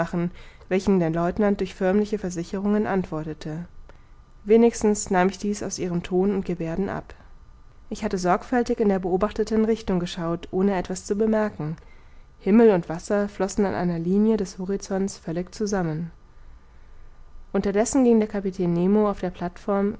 welchen der lieutenant durch förmliche versicherungen antwortete wenigstens nahm ich dies aus ihrem ton und geberden ab ich hatte sorgfältig in der beobachteten richtung geschaut ohne etwas zu bemerken himmel und wasser flossen an einer linie des horizonts völlig zusammen unterdessen ging der kapitän nemo auf der plateform